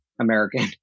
American